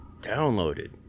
downloaded